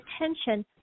attention